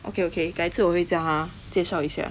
okay okay 改次我会叫她介绍一下